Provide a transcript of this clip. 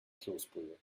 kloßbrühe